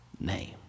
name